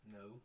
No